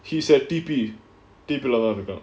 he's at T_P diplomatically